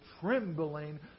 trembling